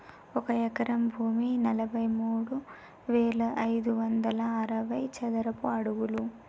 ఒక ఎకరం భూమి నలభై మూడు వేల ఐదు వందల అరవై చదరపు అడుగులు